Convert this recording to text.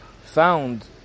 found